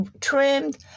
trimmed